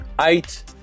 Eight